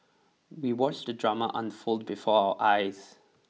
we watched the drama unfold before our eyes